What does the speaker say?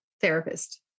therapist